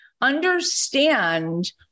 understand